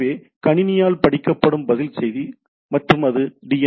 எனவே கணினியால் படிக்கப்படும் பதில் செய்தி மற்றும் அது டி